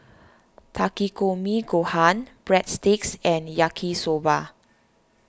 Takikomi Gohan Breadsticks and Yaki Soba